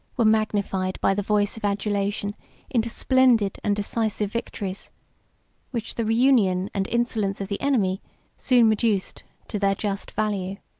were magnified by the voice of adulation into splendid and decisive victories which the reunion and insolence of the enemy soon reduced to their just value.